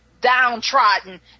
downtrodden